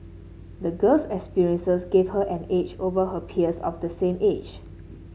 the girl's experiences gave her an edge over her peers of the same age